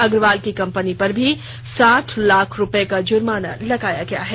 अग्रवाल की कंपनी पर भी साठ लाख रुपये का जुर्माना लगाया गया है